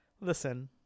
Listen